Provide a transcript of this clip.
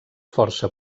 força